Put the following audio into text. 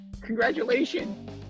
congratulations